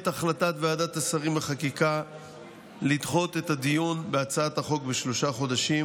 את החלטת ועדת השרים לחקיקה לדחות את הדיון בהצעת החוק בשלושה חודשים.